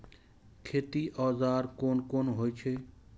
खेती औजार कोन कोन होई छै?